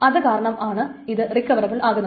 അതു കാരണമാണ് ഇത് റിക്കവറബിൾ ആകുന്നത്